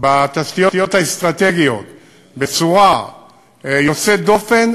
בתשתיות האסטרטגיות בצורה יוצאת דופן,